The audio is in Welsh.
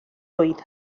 oedd